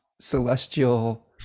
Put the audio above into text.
celestial